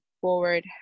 forward